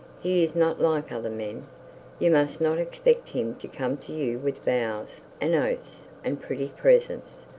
he is not like other men. you must not expect him to come to you with vows and oaths and pretty presents,